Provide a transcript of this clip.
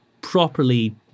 properly